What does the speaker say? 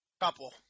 couple